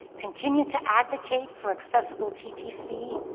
continue to advocate for accessible ttc